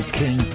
king